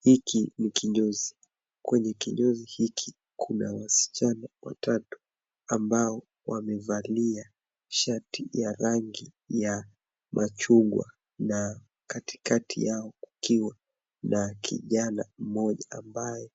Hiki ni kinyozi. Kwenye kinyozi hiki kuna wasichana watatu ambao wamevalia shati ya rangi ya machungwa na katikati yao kukiwa na kijana mmoja ambaye